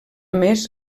més